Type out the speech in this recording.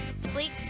Sleek